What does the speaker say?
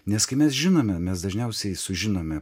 nes kaip mes žinome mes dažniausiai sužinome